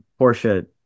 Porsche